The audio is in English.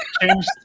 change